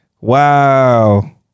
Wow